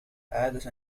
عادة